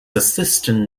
assistant